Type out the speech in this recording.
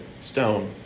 stone